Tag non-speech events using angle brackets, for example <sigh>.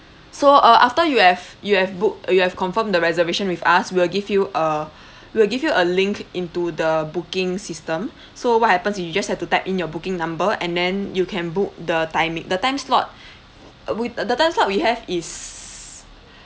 so uh after you have you have booked uh you have confirmed the reservation with us we'll give you a <breath> we'll give you a link into the booking system so what happens is you just have to type in your booking number and then you can book the timing the time slot <breath> with uh the time slot we have is